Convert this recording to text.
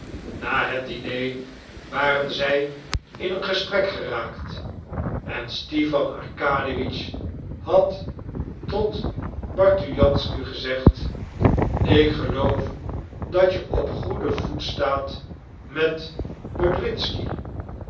na het diner waren zij in een gesprek geraakt en stipan arkadiewitsch had tot bartujansky gezegd ik geloof dat je op goeden voet staat met